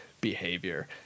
behavior